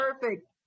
perfect